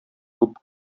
күп